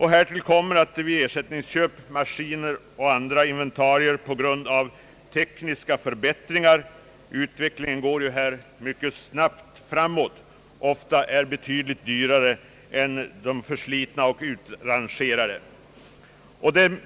Härtill kommer att vid ersättningsköp maskiner och andra inventarier på grund av tekniska förbättringar — utvecklingen går ju härvidlag mycket snabbt framåt — ofta är betydligt dyrare än de förslitna och utrangerade.